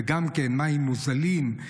וגם מים מוזלים,